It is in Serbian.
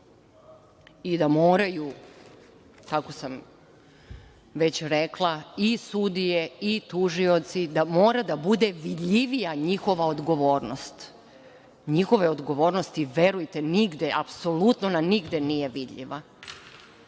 i da moraju, kako sam već rekla, i sudije i tužioci, da mora da bude vidljivija njihova odgovornost. Njihova odgovornost, verujte, nigde, apsolutno nigde nije vidljiva.